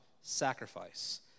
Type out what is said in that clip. sacrifice